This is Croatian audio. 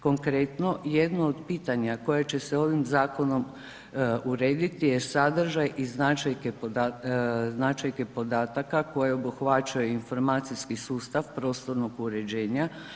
Konkretno, jedno od pitanja koje će se ovim zakonom urediti je sadržaj i značajke podataka koje obuhvaćaju informacijski sustav prostornog uređenja.